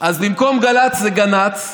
אז במקום גל"צ זה גנץ,